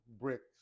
bricks